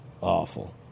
awful